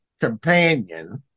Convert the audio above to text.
companion